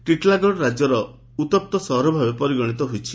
ଟିଟିଲାଗଡ଼ ରାଜ୍ୟର ଉତପ୍ତ ସହର ଭାବେ ପରିଗଣିତ ହୋଇଛି